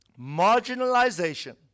marginalization